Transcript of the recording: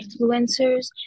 influencers